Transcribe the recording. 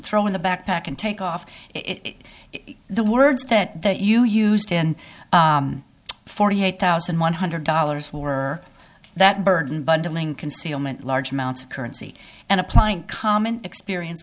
throw in the backpack and take off it the words that you used in forty eight thousand one hundred dollars were that burden bundling concealment large amounts of currency and applying common experience